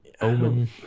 Omen